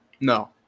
No